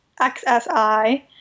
XSI